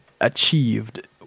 achieved